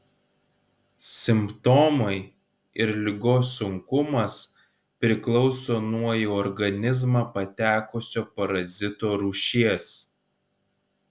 simptomai ir ligos sunkumas priklauso nuo į organizmą patekusio parazito rūšies